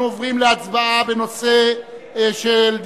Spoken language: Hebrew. אנחנו עוברים להצבעה על הודעת ראש הממשלה